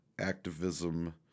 activism